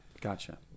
Gotcha